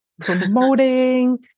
promoting